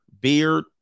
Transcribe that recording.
beard